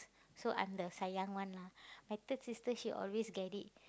so I'm the sayang one lah my third sister she always get it